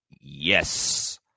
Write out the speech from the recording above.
Yes